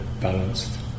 balanced